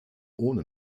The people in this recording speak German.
ohne